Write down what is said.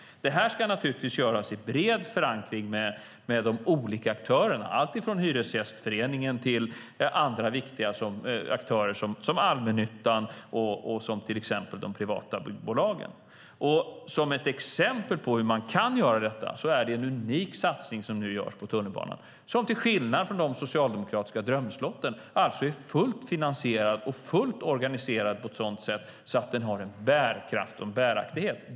Detta ska naturligtvis göras i bred förankring med de olika aktörerna, alltifrån Hyresgästföreningen till andra viktiga aktörer, som allmännyttan och de privata byggbolagen. Som ett exempel på hur man kan göra detta är det en unik satsning som nu görs på tunnelbanan, som till skillnad från de socialdemokratiska drömslotten är fullt finansierad och fullt organiserad på ett sådant sätt att den har bärkraft och bäraktighet.